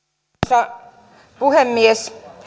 arvoisa puhemies